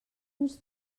uns